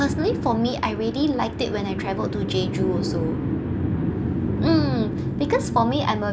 personally for me I really liked it when I travel to jeju also mm because for me I'm a